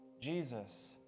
Jesus